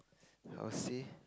how to say